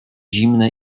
zimne